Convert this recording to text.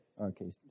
Okay